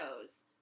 shows